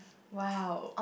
!wow!